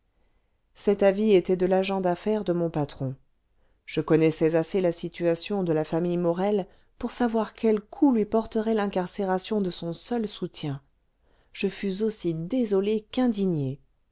cet avis était de l'agent d'affaires de mon patron je connaissais assez la situation de la famille morel pour savoir quel coup lui porterait l'incarcération de son seul soutien je fus aussi désolé qu'indigné